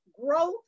growth